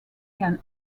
can